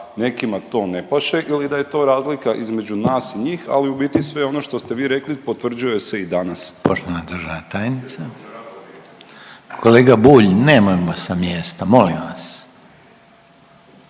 nekima to ne paše ili da je to razlika između nas i njih, ali u biti sve ono što ste vi rekli potvrđuje se i danas. **Reiner, Željko (HDZ)** Poštovana državna tajnica. Kolega Bulj, nemojmo sa mjesta, molim vas.